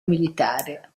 militare